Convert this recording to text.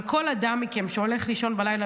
אבל כל אדם מכם שהולך לישון בלילה,